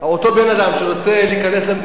אותו בן-אדם שרוצה להיכנס למדינה,